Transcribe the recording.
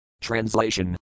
Translation